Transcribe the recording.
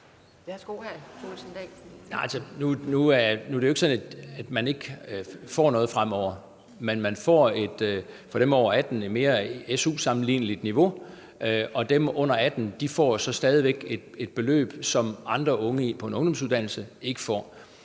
Nu er det jo ikke sådan, at man ikke får noget fremover, men for dem over 18 år vil der være et mere SU-sammenligneligt niveau. Og dem under 18 år får så stadig væk et beløb, som andre unge på en ungdomsuddannelse ikke får.